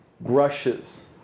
brushes